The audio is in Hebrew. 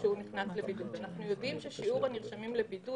אנחנו יודעים ששיעור הנרשמים לבידוד,